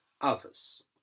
others